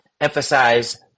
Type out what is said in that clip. emphasize